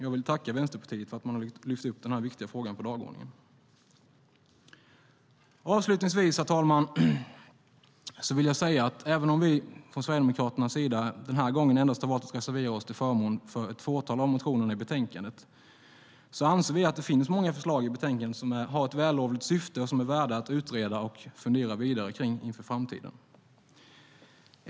Jag vill tacka Vänsterpartiet för att man har lyft upp den här viktiga frågan på dagordningen. Avslutningsvis, herr talman, vill jag säga att även om vi från Sverigedemokraternas sida den här gången endast har valt att reservera oss till förmån för ett fåtal av motionerna i betänkandet anser vi att det finns många förslag i betänkandet som har ett vällovligt syfte och är värda att utreda och fundera vidare kring inför framtiden.